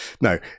No